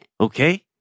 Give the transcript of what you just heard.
Okay